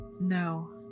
No